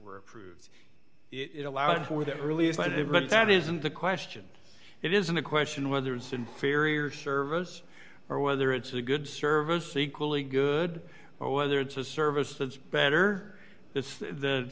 were approved it allowed for the earliest legit but that isn't the question it isn't a question of whether it's inferior service or whether it's a good service equally good or whether it's a service that's better it's the